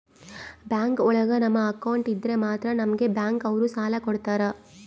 bank ಒಳಗ ನಮ್ account ಇದ್ರೆ ಮಾತ್ರ ನಮ್ಗೆ ಬ್ಯಾಂಕ್ ಅವ್ರು ಸಾಲ ಕೊಡ್ತಾರ